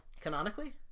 Canonically